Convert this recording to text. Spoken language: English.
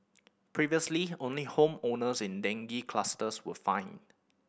previously only home owners in dengue clusters were fined